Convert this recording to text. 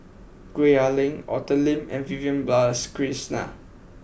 Gwee Ah Leng Arthur Lim and Vivian Balakrishnan